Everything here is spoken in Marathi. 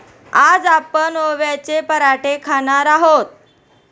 आज आपण ओव्याचे पराठे खाणार आहोत